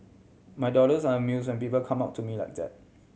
my daughters are amuse when people come up to me like that